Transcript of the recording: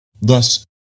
Thus